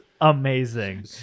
amazing